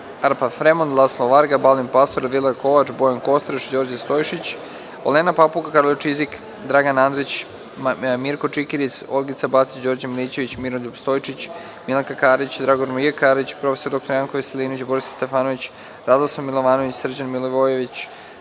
Arpan Fremond, Laslo Varga, Balint Pastor, Elvira Kovač, Bojan Kostreš, Đorđe Stojšić, Olena Papuga, Karolj Čizik, Dragan Andrić, Mirko Čikiriz, Olgica Batić, Đorđe Milićević, Miroljub Stojčić, Milanka Karić, Dragomir J. Karić, prof. dr Janko Veselinović, Borislav Stefanović, Radoslav Milovanović, Srđan Milivojević,